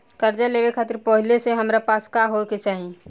कर्जा लेवे खातिर पहिले से हमरा पास का होए के चाही?